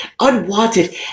unwanted